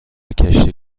کشتی